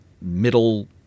middle